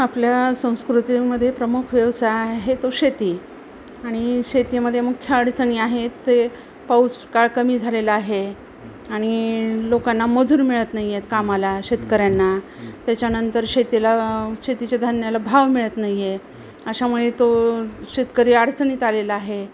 आपल्या संस्कृतींमध्ये प्रमुख व्यवसाय आहे तो शेती आणि शेतीमध्ये मुख्य अडचणी आहेत ते पाऊसकाळ कमी झालेला आहे आणि लोकांना मजूर मिळत नाही आहेत कामाला शेतकऱ्यांना त्याच्यानंतर शेतीला शेतीच्या धान्याला भाव मिळत नाही आहे अशामुळे तो शेतकरी अडचणीत आलेला आहे